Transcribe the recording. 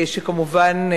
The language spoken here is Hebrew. כמובן,